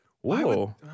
Whoa